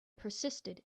persisted